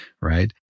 right